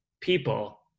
people